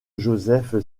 joseph